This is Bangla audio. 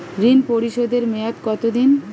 ঋণ পরিশোধের মেয়াদ কত দিন?